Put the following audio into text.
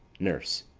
nurse.